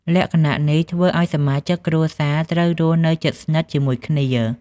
លក្ខណៈនេះធ្វើឲ្យសមាជិកគ្រួសារត្រូវរស់នៅជិតស្និទ្ធជាមួយគ្នា។